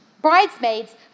Bridesmaids